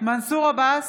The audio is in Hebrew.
מנסור עבאס,